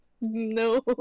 No